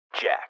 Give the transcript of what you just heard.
Jack